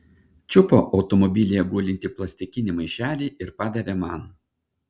čiupo automobilyje gulintį plastikinį maišelį ir padavė man